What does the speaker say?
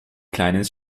kleines